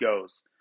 goes